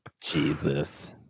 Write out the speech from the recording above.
Jesus